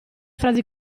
frasi